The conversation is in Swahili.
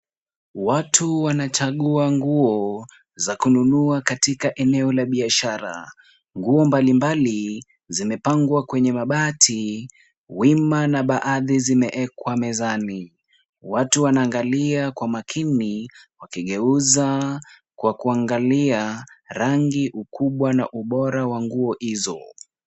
Watu wanachagua nguo za kununua katika eneo la biashara. Nguo mbalimbali zimepangwa kwenye mabati wima na baadhi zimeekwa mezani. Watu wanaangalia kwa makini wakigeuza kwa kuangalia rangi, ukubwa na ubora wa nguo hizo.